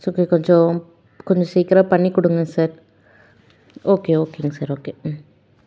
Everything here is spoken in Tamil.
சுக்கு கொஞ்சம் கொஞ்சம் சீக்கிரம் பண்ணி கொடுங்க சார் ஓகே ஓகேங்க சார் ஓகே ம்